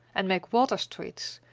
and make water streets,